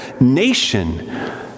nation